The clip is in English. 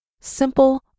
Simple